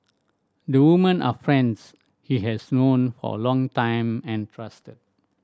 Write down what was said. the women are friends he has known for a long time and trusted